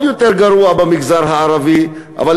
במגזר הערבי המצב עוד יותר גרוע,